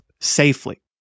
safely